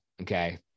Okay